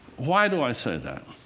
why do i say that?